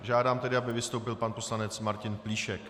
Žádám tedy, aby vystoupil pan poslanec Martin Plíšek...